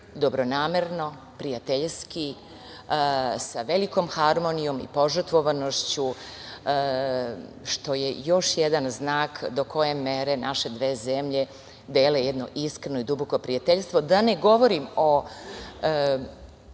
dobronamerno, prijateljski, sa velikom harmonijom i požrtvovanošću, što je još jedan znak do koje mere naše dve zemlje dele jedno iskreno i duboko prijateljstvo. Da